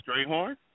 Strayhorn